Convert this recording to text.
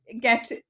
get